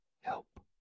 help